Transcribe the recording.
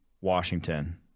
Washington